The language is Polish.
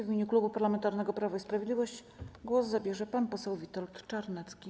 W imieniu Klubu Parlamentarnego Prawo i Sprawiedliwość głos zabierze pan poseł Witold Czarnecki.